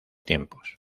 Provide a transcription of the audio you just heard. tiempos